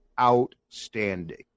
outstanding